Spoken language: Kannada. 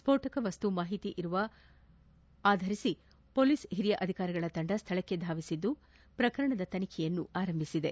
ಸ್ಕೋಟಕ ವಸ್ತು ಮಾಹಿತಿ ಇರುವ ಮಾಹಿತಿ ಆಧರಿಸಿ ವೊಲೀಸ್ ಹಿರಿಯ ಅಧಿಕಾರಿಗಳ ತಂಡ ಸ್ವಳಕ್ಕೆ ಧಾವಿಸಿದ್ದು ಪ್ರಕರಣದ ತನಿಖೆ ಆರಂಭಿಸಿದೆ